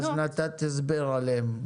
אז נתת הסבר עליהן.